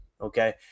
okay